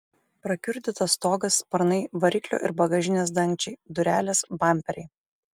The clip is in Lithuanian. prakiurdytas stogas sparnai variklio ir bagažinės dangčiai durelės bamperiai